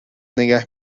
نگه